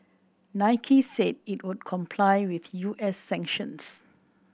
Nike said it would comply with U S sanctions